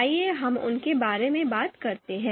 आइए हम उनके बारे में बात करते हैं